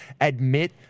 admit